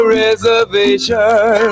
reservation